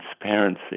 transparency